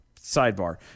Sidebar